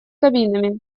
кабинами